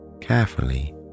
Carefully